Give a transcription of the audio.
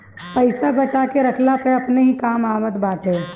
पईसा बचा के रखला पअ अपने ही काम आवत बाटे